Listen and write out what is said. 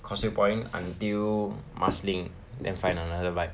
causeway point until marsiling then find another bike